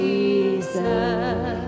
Jesus